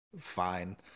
fine